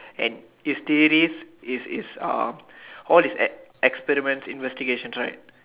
and his theories is is uh all his ex~ experiments investigations right